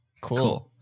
cool